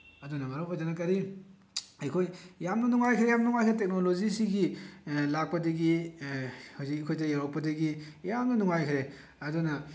ꯑꯗꯨꯅ ꯃꯔꯝ ꯑꯣꯏꯗꯨꯅ ꯀꯔꯤ ꯑꯩꯈꯣꯏ ꯌꯥꯝꯅ ꯅꯨꯡꯉꯥꯏꯈ꯭ꯔꯦ ꯌꯥꯝ ꯅꯨꯡꯉꯥꯏꯈ꯭ꯔꯦ ꯇꯦꯛꯅꯣꯂꯣꯖꯤꯁꯤꯒꯤ ꯂꯥꯛꯄꯗꯒꯤ ꯍꯧꯖꯤꯛ ꯑꯩꯈꯣꯏꯗ ꯌꯧꯔꯛꯄꯗꯒꯤ ꯌꯥꯝꯅ ꯅꯨꯡꯉꯥꯏꯈ꯭ꯔꯦ ꯑꯗꯨꯅ